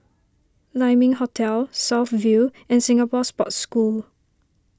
Lai Ming Hotel South View and Singapore Sports School